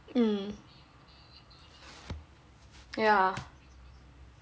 mm yeah